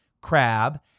crab